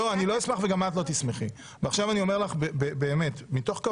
הדברים שאני רציתי לומר לא נוגעים אליך.